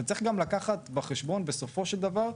אבל צריך גם לקחת בחשבון בסופו של דבר,